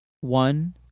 One